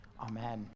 Amen